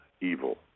evil